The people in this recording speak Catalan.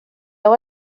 heu